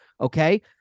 Okay